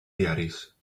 diaris